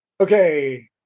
okay